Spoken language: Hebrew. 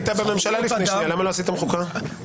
היית בממשלה לפני שנייה, למה לא עשיתם חוקה?